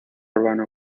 urbano